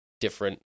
different